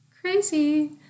crazy